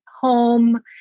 home